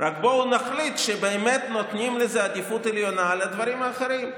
רק בואו נחליט שבאמת נותנים לזה עדיפות עליונה על הדברים האחרים.